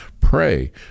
pray